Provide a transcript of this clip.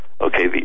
okay